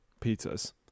pizzas